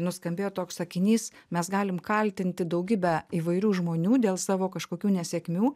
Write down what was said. nuskambėjo toks sakinys mes galim kaltinti daugybę įvairių žmonių dėl savo kažkokių nesėkmių